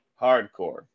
Hardcore